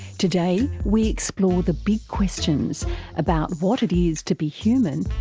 today we explore the big questions about what it is to be human,